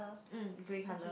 mm grey colour